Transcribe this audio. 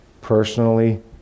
personally